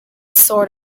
sort